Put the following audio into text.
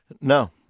No